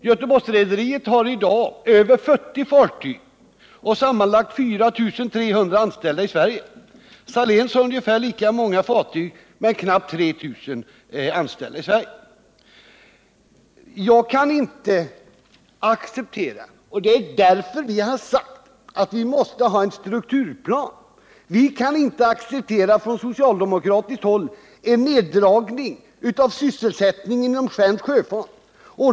Göteborgsrederiet har i dag över 40 fartyg och sammanlagt 4 300 anställda i Sverige. Salénrederiet har ungefär lika många fartyg men knappt 3 000 anställda i Sverige. Vi socialdemokrater har sagt att det måste finnas en strukturplan. Vi kan inte acceptera en neddragning av sysselsättningen inom svensk sjöfart.